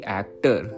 actor